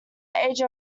age